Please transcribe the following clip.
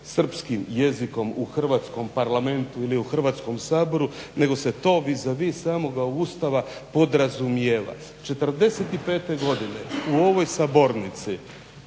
srpskim jezikom u Hrvatskom parlamentu ili u Hrvatskom saboru nego se to vis a vi samoga Ustava podrazumijeva. 45. godine u ovoj sabornici